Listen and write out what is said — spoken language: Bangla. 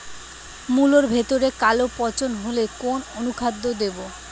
মুলোর ভেতরে কালো পচন হলে কোন অনুখাদ্য দেবো?